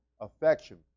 affection